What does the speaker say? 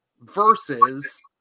versus